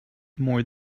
more